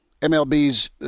MLB's